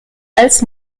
als